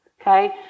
Okay